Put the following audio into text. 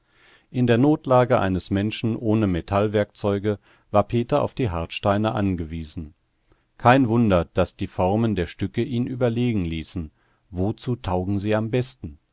in der notlage eines menschen ohne metallwerkzeuge war peter auf die hartsteine angewiesen kein wunder daß ihn die formen der stücke überlegen ließen wozu taugen sie am besten